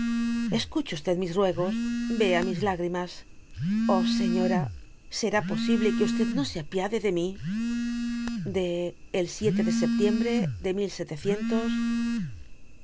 escuche mis ruegos vea mis lágrimas ah señora será posible que no se apiade de mi de el de septiembre de